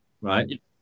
right